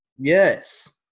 Yes